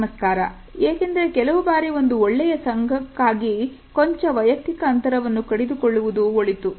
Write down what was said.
ನಮಸ್ಕಾರ ಏಕೆಂದರೆ ಕೆಲವು ಬಾರಿ ಒಂದು ಒಳ್ಳೆಯ ಸಂಘಕ್ಕಾಗಿ ಕೊಂಚ ವಯಕ್ತಿಕ ಅಂತರವನ್ನು ಕಡಿದುಕೊಳ್ಳುವುದು ಒಳಿತು